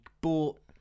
bought